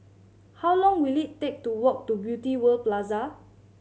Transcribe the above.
how long will it take to walk to Beauty World Plaza